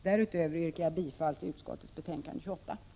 Därutöver yrkar jag bifall till socialutskottets hemställan i betänkande 28.